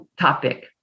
topic